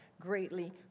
greatly